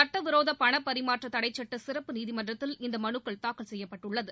சுட்டவிரோத பணபரிமாற்ற தடைச்சுட்ட சிறப்பு நீதிமன்றத்தில் இந்த மனுக்கள் தாக்கல் செய்யப்பட்டுள்ளது